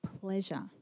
pleasure